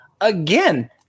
Again